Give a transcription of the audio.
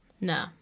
No